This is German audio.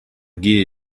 gehe